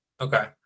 Okay